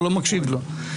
הוא לא מקשיב לו.